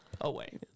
away